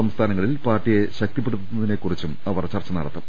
സംസ്ഥാനങ്ങളിൽ പാർട്ടിയെ ശക്തി പ്പെടുത്തുന്നതിനെ കുറിച്ചും അവർ ചർച്ച ചെയ്യും